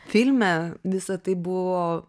filme visa tai buvo